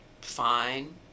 fine